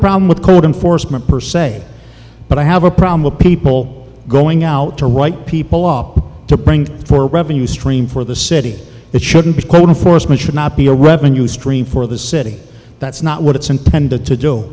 problem with code enforcement per se but i have a problem with people going out to write people up to bring for a revenue stream for the city it shouldn't be quite a foresman should not be a revenue stream for the city that's not what it's intended to do